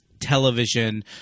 television